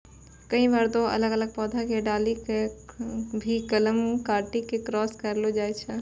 कई बार दो अलग अलग पौधा के डाली कॅ भी कलम काटी क क्रास करैलो जाय छै